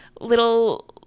little